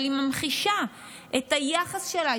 אבל היא ממחישה את היחס שלה,